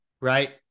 right